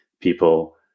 people